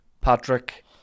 Patrick